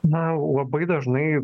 na labai dažnai